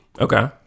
Okay